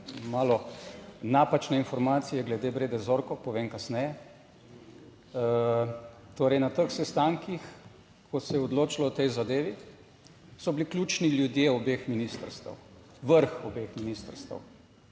malo napačne informacije glede Brede Zorko, povem kasneje. Torej, na teh sestankih, ko se je odločalo o tej zadevi, so bili ključni ljudje obeh ministrstev. Vrh obeh ministrstev,